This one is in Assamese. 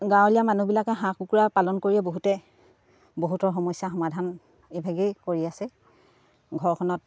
গাঁৱলীয়া মানুহবিলাকে হাঁহ কুকুৰা পালন কৰিয়ে বহুতে বহুতৰ সমস্যা সমাধান এইভাগেই কৰি আছে ঘৰখনত